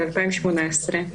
ב-2018,